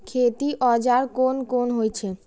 खेती औजार कोन कोन होई छै?